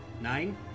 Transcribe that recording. Nine